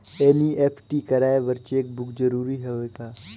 NEFT कराय बर cheque book जरूरी हवय का?